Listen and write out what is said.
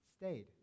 stayed